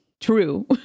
true